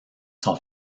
sont